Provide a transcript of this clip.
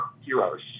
heroes